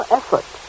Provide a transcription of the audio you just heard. effort